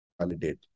validate